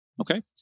Okay